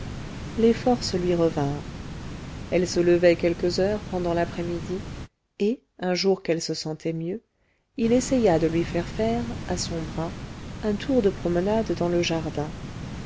les forces lui revinrent elle se levait quelques heures pendant l'après-midi et un jour qu'elle se sentait mieux il essaya de lui faire faire à son bras un tour de promenade dans le jardin